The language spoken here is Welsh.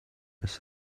ers